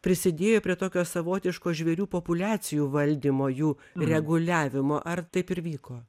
prisidėjo prie tokio savotiško žvėrių populiacijų valdymo jų reguliavimo ar taip ir vyko